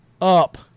up